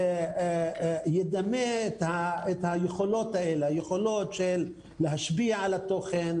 שידמה את היכולת האלה של להשפיע על התוכן,